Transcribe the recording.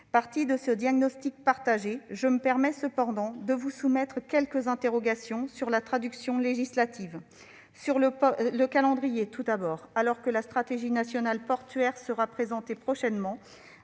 partir de ce diagnostic partagé, je me permets de vous soumettre quelques interrogations sur la traduction législative. Sur le calendrier, tout d'abord, la stratégie nationale portuaire sera présentée prochainement